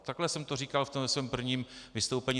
Takhle jsem to říkal v tom svém prvním vystoupení.